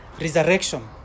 resurrection